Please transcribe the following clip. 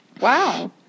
wow